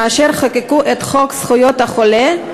כאשר חוקקו את חוק זכויות החולה,